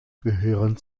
gehören